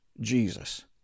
Jesus